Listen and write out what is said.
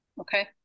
okay